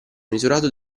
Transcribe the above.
misurato